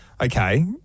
okay